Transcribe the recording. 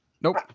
nope